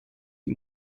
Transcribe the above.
die